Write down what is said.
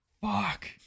Fuck